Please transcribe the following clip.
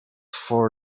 for